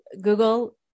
Google